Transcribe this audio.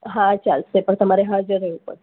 હા ચાલસે પણ તમારે હાજર રહેવું પડશે